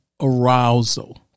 arousal